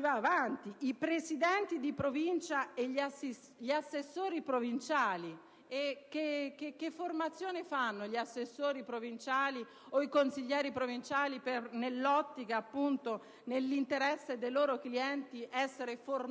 menzionano i presidenti di provincia e gli assessori provinciali. Quale formazione hanno gli assessori provinciali o i consiglieri provinciali nell'ottica dell'interesse dei loro clienti? Il fatto